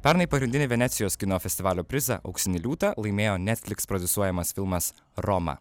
pernai pagrindinį venecijos kino festivalio prizą auksinį liūtą laimėjo netflix prodiusuojamas filmas roma